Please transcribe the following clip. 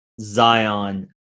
Zion